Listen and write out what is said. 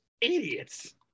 Idiots